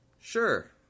Sure